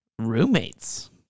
Roommates